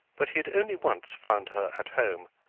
but he had only once found her at home,